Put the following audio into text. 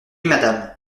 madame